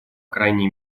крайней